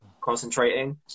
concentrating